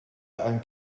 ein